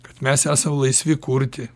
kad mes esam laisvi kurti